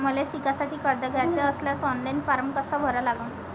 मले शिकासाठी कर्ज घ्याचे असल्यास ऑनलाईन फारम कसा भरा लागन?